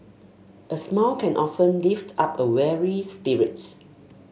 a smile can often lift up a weary spirit